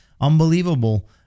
unbelievable